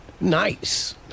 Nice